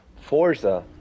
Forza